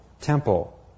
temple